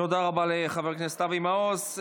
תודה רבה לחבר הכנסת אבי מעוז.